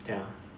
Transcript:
ya